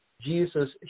Jesus